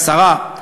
השרה,